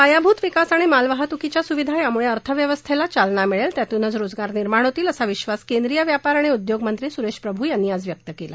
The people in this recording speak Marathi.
पायाभूत विकास आणि मालवाहतूकीच्या सुविधा यामुळे अर्थव्यवस्थेला चालना मिळेल त्यातूनच रोजगार निर्माण होतील असा विश्वास केंद्रीय व्यापार आणि उद्योगमंत्री सुरेश प्रभु यांनी आज व्यक्त केला